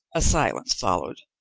a silence followed.